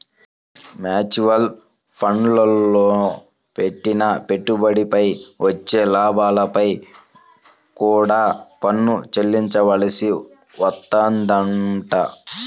mutual ఫండ్లల్లో పెట్టిన పెట్టుబడిపై వచ్చే లాభాలపై కూడా పన్ను చెల్లించాల్సి వత్తదంట